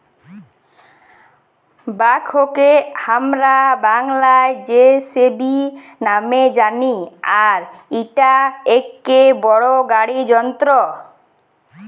ব্যাকহোকে হামরা বাংলায় যেসিবি নামে জানি আর ইটা একটো বড় গাড়ি যন্ত্র